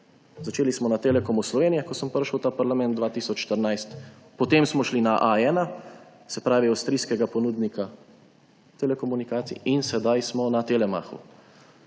Začeli smo na Telekomu Slovenije, ko sem prišel v ta parlament leta 2014, potem smo šli na A1, se pravi avstrijskega ponudnika telekomunikacij, sedaj smo na Telemachu.